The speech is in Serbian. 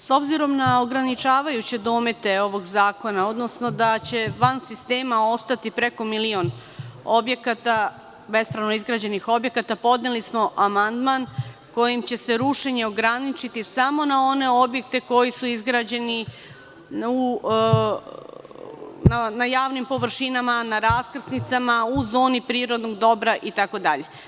S obzirom na ograničavajuće domete ovog zakona, odnosno da će van sistema ostati preko milion objekata, bespravno izgrađenih objekata, podneli smo amandman kojim će se rušenje ograničiti samo na one objekte koji su izgrađeni na javnim površinama, na raskrsnicama, u zoni prirodnog dobra itd.